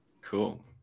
Cool